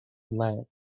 lead